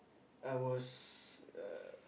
I was uh